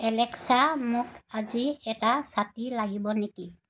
Alexa মোক আজি এটা ছাতি লাগিব নেকি